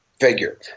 figure